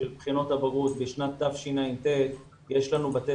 של בחינות הבגרות בשנת תשע"ט יש לנו בתי